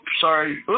sorry